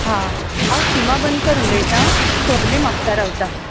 हां हांव सिमा बनकर उलयता खोर्ली म्हापसा रावतां हय हय